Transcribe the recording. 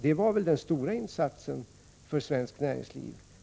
Det var väl den stora insatsen för svenskt näringsliv.